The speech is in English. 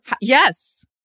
Yes